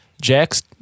Jack's